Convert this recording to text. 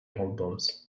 albums